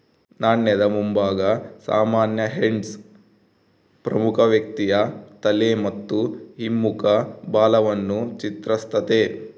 ನಾಣ್ಯದ ಮುಂಭಾಗ ಸಾಮಾನ್ಯ ಹೆಡ್ಸ್ ಪ್ರಮುಖ ವ್ಯಕ್ತಿಯ ತಲೆ ಮತ್ತು ಹಿಮ್ಮುಖ ಬಾಲವನ್ನು ಚಿತ್ರಿಸ್ತತೆ